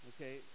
okay